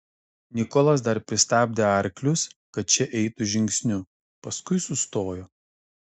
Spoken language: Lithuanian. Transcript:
nikolas dar pristabdė arklius kad šie eitų žingsniu paskui sustojo